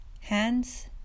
hands